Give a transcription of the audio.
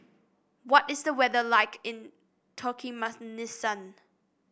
what is the weather like in Turkmenistan